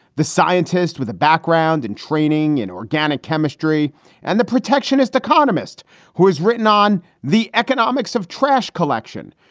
the scientist with a background in training, in organic chemistry and the protectionist economist who has written on the economics of trash collection,